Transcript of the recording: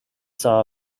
saw